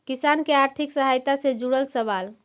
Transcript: किसान के आर्थिक सहायता से जुड़ल सवाल?